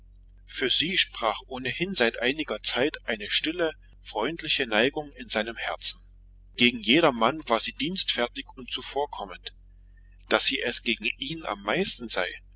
für sie sprach ohnehin seit einiger zeit eine stille freundliche neigung in seinem herzen gegen jedermann war sie dienstfertig und zuvorkommend daß sie es gegen ihn am meisten sei